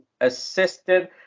assisted